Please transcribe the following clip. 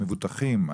המבוטחים,